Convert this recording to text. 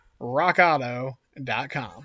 Rockauto.com